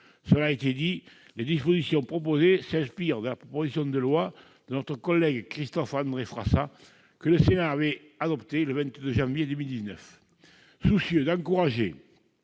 Cela a été dit, les dispositions proposées s'inspirent de la proposition de loi de notre collègue Christophe-André Frassa, que le Sénat avait adoptée le 22 janvier 2019. Soucieux d'encourager,